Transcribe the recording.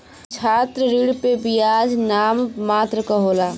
छात्र ऋण पे बियाज नाम मात्र क होला